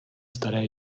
staré